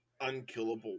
unkillable